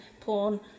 porn